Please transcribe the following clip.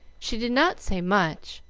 she did not say much,